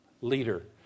leader